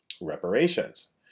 reparations